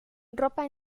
ropa